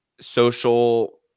social